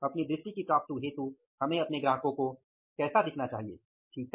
अपनी दृष्टि की प्राप्ति हेतु हमें अपने ग्राहकों को कैसा दिखना चाहिए ठीक है